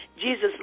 Jesus